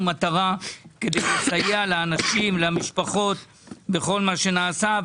לסייע לאנשים ולמשפחות בכל מה שנעשה.